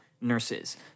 nurses